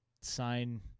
sign